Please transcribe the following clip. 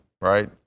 right